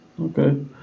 Okay